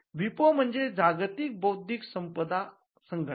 विपो म्हणजे जागतिक बौद्धिक संपदा संघटना